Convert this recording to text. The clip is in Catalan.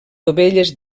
dovelles